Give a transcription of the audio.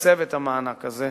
המתקצב את המענק הזה,